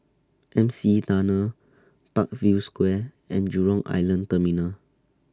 M C E Tunnel Parkview Square and Jurong Island Terminal